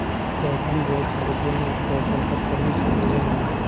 agribots विज्ञान और कौशल का सही संयोजन हैं